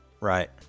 Right